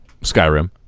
Skyrim